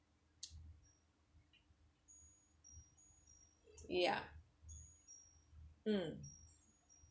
ya mm